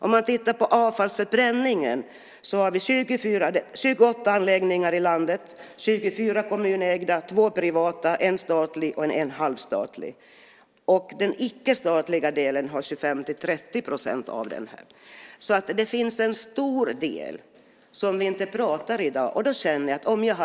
Om man tittar på avfallsförbränningen ser man att vi har 28 anläggningar i landet, 24 kommunägda, 2 privata, 1 statlig och 1 halvstatlig. Den icke statliga delen har 25-30 %. Det finns en stor del som ni inte pratar om i dag.